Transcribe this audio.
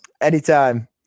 Anytime